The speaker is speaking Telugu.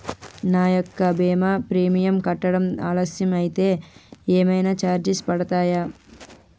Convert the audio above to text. నా యెక్క భీమా ప్రీమియం కట్టడం ఆలస్యం అయితే ఏమైనా చార్జెస్ పడతాయా?